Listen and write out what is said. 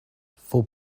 for